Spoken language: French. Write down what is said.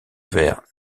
vers